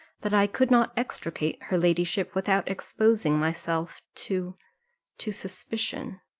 that i could not extricate her ladyship without exposing myself to to suspicion.